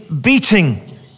beating